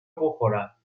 بخورم